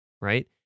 right